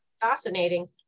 Fascinating